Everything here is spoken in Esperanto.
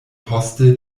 poste